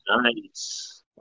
Nice